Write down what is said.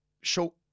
show